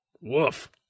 woof